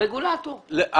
20 מיליארד שקלים זה אירוע.